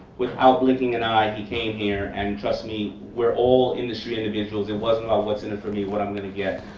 without blinking an eye, he came here and, trust me, we're all industry individuals. it wasn't about what's in it for me, what i'm gonna get.